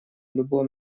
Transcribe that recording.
любом